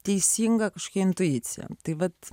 teisinga kažkokia intuicija tai vat